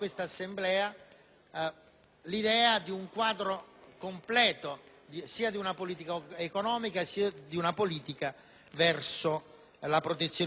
l'idea di un quadro completo sia di una politica economica che di una politica verso la Protezione civile.